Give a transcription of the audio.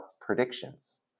predictions